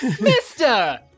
Mister